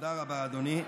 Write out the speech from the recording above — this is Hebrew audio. תודה רבה, אדוני.